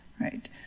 right